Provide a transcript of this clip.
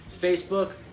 Facebook